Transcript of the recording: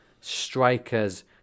strikers